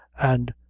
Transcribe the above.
and,